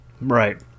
Right